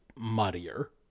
muddier